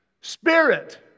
spirit